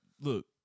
look